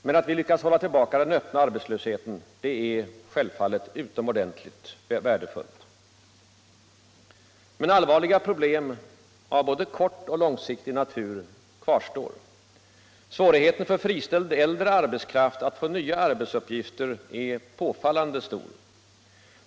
Men att vi lyckats hålla tillbaka den öppna arbetslösheten är självfallet utomordentligt värdefullt. Allvarliga problem av både kortoch långsiktig natur kvarstår emellertid. Svårigheten för friställd äldre arbetskraft att få nya arbetsuppgifter är påfallande stor.